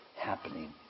happening